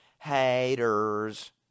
haters